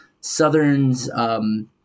Southern's